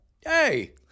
Hey